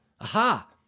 Aha